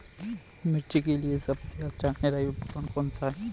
मिर्च के लिए सबसे अच्छा निराई उपकरण कौनसा है?